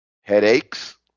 Headaches